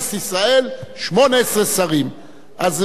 אז באמת לקחו את זה ברצינות בקדנציה הראשונה.